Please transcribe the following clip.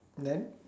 then